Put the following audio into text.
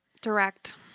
Direct